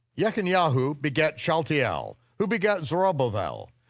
jechoniah ah who begat shealtiel, who begat zerubbabel,